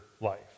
life